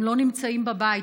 הם לא נמצאים בבית,